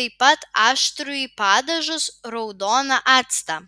taip pat aštrųjį padažus raudoną actą